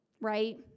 right